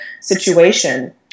situation